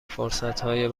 فرصتهای